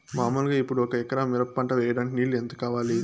మామూలుగా ఇప్పుడు ఒక ఎకరా మిరప పంట వేయడానికి నీళ్లు ఎంత కావాలి?